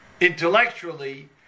intellectually